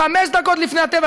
חמש דקות לפני הטבח,